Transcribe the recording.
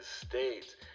States